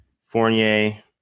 Fournier